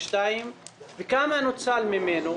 וכמה נוצל ממנו?